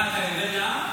מה, אתה יורד לעם?